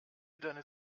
deine